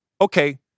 okay